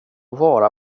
vara